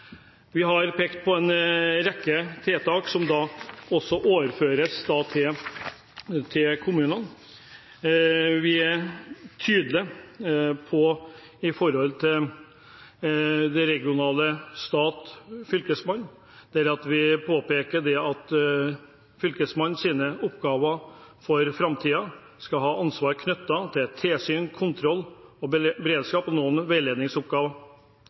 Vi har pekt på en rekke oppgaver som overføres til kommunene. Vi er tydelige på at den regionale stat/Fylkesmannen for framtiden i utgangspunktet skal ha ansvar knyttet til tilsyn, kontroll og beredskap og noen veiledningsoppgaver.